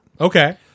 Okay